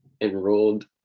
enrolled